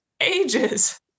Ages